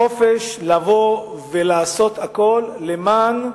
חופש לבוא ולעשות הכול למען אמנות,